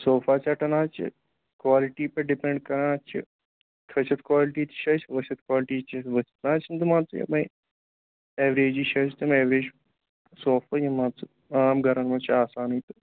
صوفہ سٮ۪ٹَن حظ چھِ کالٹی پٮ۪ٹھ ڈِپٮ۪نٛڈ کران اَتھ چھِ کھٔسِتھ کالٹی تہِ چھِ اَسہِ ؤسِتھ کالٹی چھِ ؤسِتھ نہ حظ چھِنہٕ تہِ مان ژٕ یِمَے اٮ۪وریجی چھِ اَسہِ تِم اٮ۪وریج صوفہٕ یِم مان ژٕ عام گَرَن منٛز چھِ آسانٕے تہٕ